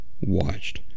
watched